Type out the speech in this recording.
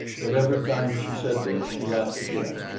yet every time she said this she laughed again,